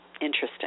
Interesting